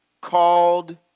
called